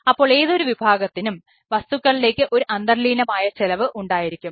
അപ്പോൾ ഏതൊരു വിഭാഗത്തിനും വസ്തുക്കളിലേക്ക് ഒരു അന്തർലീനമായ ചെലവ് ഉണ്ടായിരിക്കും